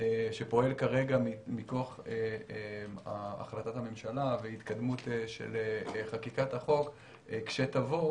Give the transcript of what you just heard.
שפועל כרגע מכוח החלטת הממשלה והתקדמות של חקיקת החוק כשתבוא.